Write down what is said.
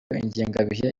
ingengabihe